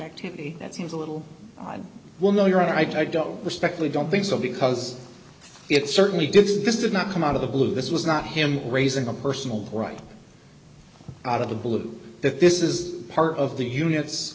activity that seems a little odd will know your i don't respect we don't think so because it certainly did this did not come out of the blue this was not him raising a personal right out of the blue that this is part of the units